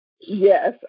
Yes